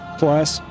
plus